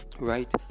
right